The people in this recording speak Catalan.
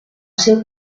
seu